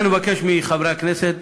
לכן אני מבקש מחברי הכנסת,